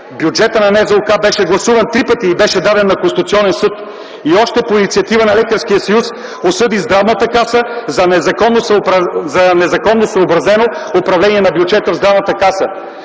бюджетът на НЗОК беше гласуван три пъти и беше даден на Конституционен съд. Още, по инициатива на Лекарския съд, осъди Здравната каса за незаконно съобразено управление на бюджета на Здравната каса.